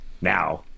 Now